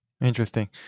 Interesting